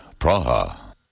Praha